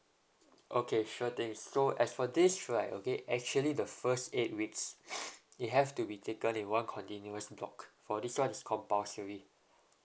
okay sure thing so as for this right okay actually the first eight weeks it has to be taken in one continuous block for this one is compulsory